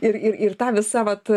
ir ir tą visą vat